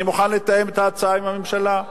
אני מוכן לתאם את ההצעה עם הממשלה,